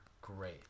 great